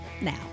Now